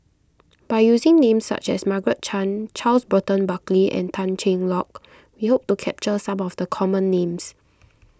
by using names such as Margaret Chan Charles Burton Buckley and Tan Cheng Lock we hope to capture some of the common names